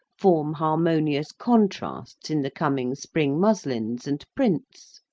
form harmonious contrasts in the coming spring muslins and prints.